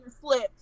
slips